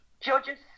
judges